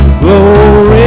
glory